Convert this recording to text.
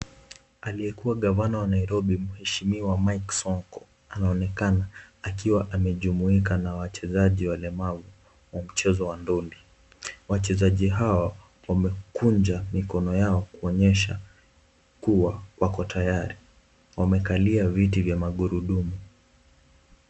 Aliyekua gavana wa Nairobi Mheshimiwa Mike Sonko anaonekana akiwa amejumuika na wachezaji walemavu wa mchezo wa ndondi. Wachezaji hawa wamekunja mikono yao kuonyesha kuwa wako tayari. Wamekalia viti vya magurudumu.